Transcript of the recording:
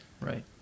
Right